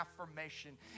affirmation